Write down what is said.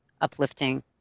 uplifting